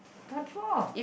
what for